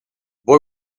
boy